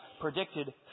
predicted